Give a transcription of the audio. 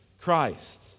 Christ